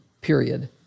period